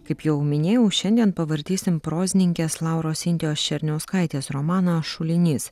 kaip jau minėjau šiandien pavartysim prozininkės lauros sintijos černiauskaitės romaną šulinys